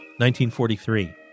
1943